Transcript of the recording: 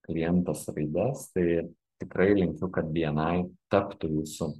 klientas raides tai tikrai linkiu kad bni taptų jūsų